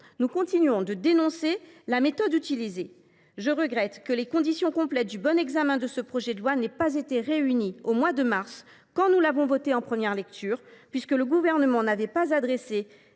nous continuons de dénoncer la méthode utilisée. Je regrette que les conditions complètes du bon examen de ce projet de loi n’aient pas été réunies au mois de mars, quand nous l’avons voté en première lecture, car, alors, le Gouvernement n’avait pas intégré